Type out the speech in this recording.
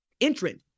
entrant